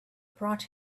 brought